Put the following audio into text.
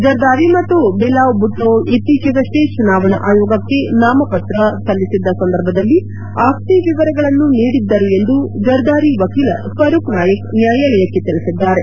ಜರ್ದಾರಿ ಮತ್ತು ಬಿಲಾವ್ ಭುಟ್ನೋ ಇತ್ತೀಚೆಗಷ್ಟೇ ಚುನಾವಣಾ ಆಯೋಗಕ್ಕೆ ತಮ್ಮ ನಾಮಪತ್ರ ಸಲ್ಲಿಸಿದ್ದ ಸಂದರ್ಭದಲ್ಲಿ ಆಸ್ತಿ ವಿವರಗಳನ್ನು ನೀಡಿದ್ದರು ಎಂದು ಜರ್ದಾರಿ ವಕೀಲ ಫರೂಕ್ ನಾಯಕ್ ನ್ನಾಯಾಲಯಕ್ಕೆ ತಿಳಿಸಿದ್ದಾರೆ